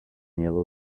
yellow